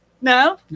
no